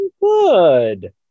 Good